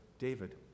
David